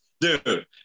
Dude